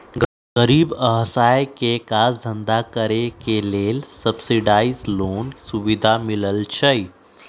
गरीब असहाय के काज धन्धा करेके लेल सब्सिडाइज लोन के सुभिधा मिलइ छइ